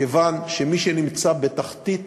כיוון שמי שנמצא בתחתית